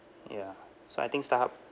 ya so I think starhub